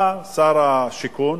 בא שר השיכון,